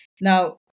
Now